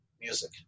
music